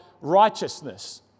righteousness